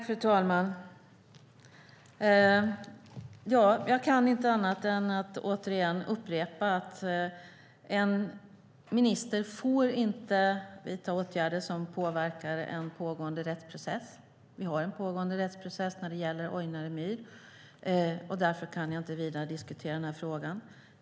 Fru talman! Jag kan inte annat än att återigen upprepa att en minister inte får vidta åtgärder som påverkar en pågående rättsprocess. Vi har en pågående rättsprocess när det gäller Ojnare myr, och därför kan jag inte vidare diskutera frågan.